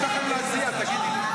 מה יש לכם להציע, תגידי לי?